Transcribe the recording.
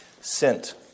Sent